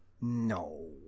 No